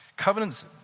Covenants